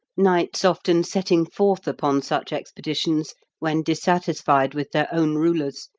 knights often setting forth upon such expeditions when dissatisfied with their own rulers,